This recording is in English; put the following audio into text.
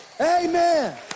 Amen